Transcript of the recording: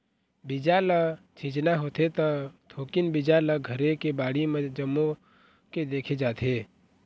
बीजा ल छिचना होथे त थोकिन बीजा ल घरे के बाड़ी म जमो के देखे जाथे